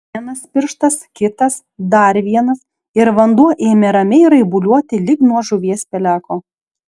vienas pirštas kitas dar vienas ir vanduo ėmė ramiai raibuliuoti lyg nuo žuvies peleko